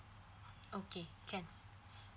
okay can